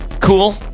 cool